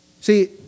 See